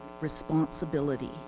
responsibility